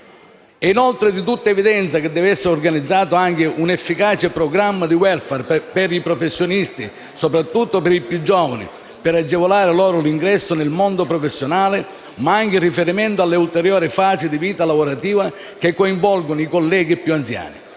È inoltre di tutta evidenza che deve essere organizzato anche un efficace programma di welfare per i professionisti, soprattutto per i più giovani, per agevolare loro l’ingresso nel mondo professionale, ma anche in riferimento alle ulteriori fasi di vita lavorativa che coinvolgono i colleghi più anziani.